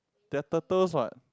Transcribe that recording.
they're turtles what